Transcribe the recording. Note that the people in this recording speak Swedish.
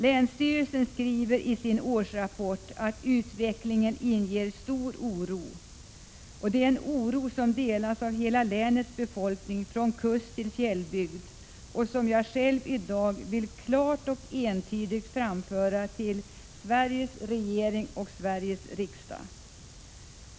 Länsstyrelsen skriver i sin årsrapport att utvecklingen inger stor oro, en oro som delas av hela länets befolkning från kust till fjällbygd och som jag själv i dag vill klart och entydigt framföra till Sveriges regering och riksdag.